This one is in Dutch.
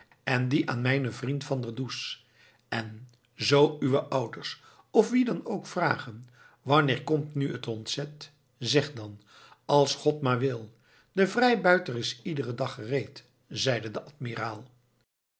en dien aan mijnen vriend van der does en zoo uwe ouders of wie dan ook vragen wanneer komt nu het ontzet zeg dan als god maar wil de vrijbuiter is iederen dag gereed zeide de admiraal